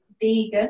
vegan